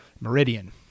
Meridian